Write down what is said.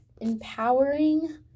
empowering